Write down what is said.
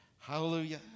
Hallelujah